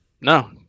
No